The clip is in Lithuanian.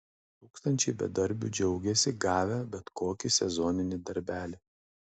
tūkstančiai bedarbių džiaugiasi gavę bet kokį sezoninį darbelį